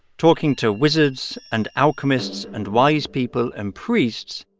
talking to wizards and alchemists and wise people and priests.